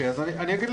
אגיד,